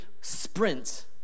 sprint